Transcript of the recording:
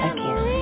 Again